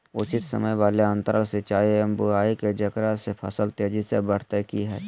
उचित समय वाले अंतराल सिंचाई एवं बुआई के जेकरा से फसल तेजी से बढ़तै कि हेय?